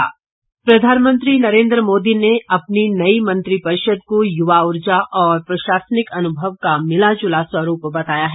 मंत्रि परिषद प्रधानमंत्री नरेन्द्र मोदी ने अपनी नई मंत्रिपरिषद को युवा ऊर्जा और प्रशासनिक अनुभव का मिलाजुला स्वरूप बताया है